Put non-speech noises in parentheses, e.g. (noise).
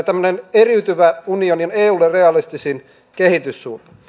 (unintelligible) tämmöinen eriytyvä unioni on eulle realistisin kehityssuunta